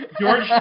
George